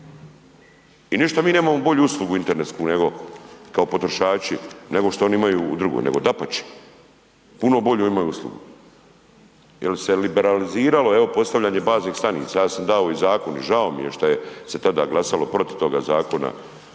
i ništa mi nemamo bolju uslugu internetsku nego, kao potrošači, nego što oni imaju drugu, nego dapače, puno bolju imaju uslugu. Jel se liberaliziralo, evo postavljanje baznih stanica, ja sam dao i zakon i žao mi je šta je se tada glasalo protiv toga zakona